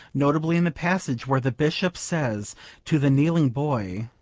notably in the passage where the bishop says to the kneeling boy,